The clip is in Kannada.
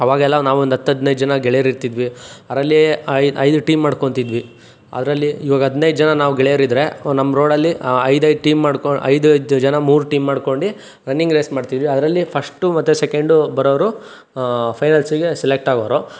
ಅವಾಗೆಲ್ಲ ನಾವೊಂದು ಹತ್ತು ಹದಿನೈದು ಜನ ಗೆಳೆಯರಿರ್ತಿದ್ವಿ ಅರಲ್ಲಿ ಐದು ಟೀಮ್ ಮಾಡ್ಕೊತಿದ್ವಿ ಅದರಲ್ಲಿ ಇವಾಗ ಹದಿನೈದು ಜನ ನಾವು ಗೆಳೆಯರಿದ್ರೆ ನಮ್ಮ ರೋಡಲ್ಲಿ ಐದೈದು ಟೀಮ್ ಮಾಡ್ಕೊ ಐದೈದು ಜನ ಮೂರು ಟೀಮ್ ಮಾಡ್ಕೊಂಡು ರನ್ನಿಂಗ್ ರೇಸ್ ಮಾಡ್ತಿದ್ವಿ ಅದರಲ್ಲಿ ಫಸ್ಟು ಮತ್ತು ಸೆಕೆಂಡು ಬರೋವ್ರು ಫೈನಲ್ಸಿಗೆ ಸೆಲೆಕ್ಟ್ ಆಗೋರು